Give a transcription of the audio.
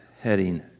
heading